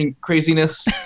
craziness